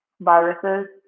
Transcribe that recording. viruses